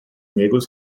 negros